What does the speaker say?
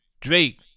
Drake